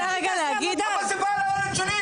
--- על הילד שלי?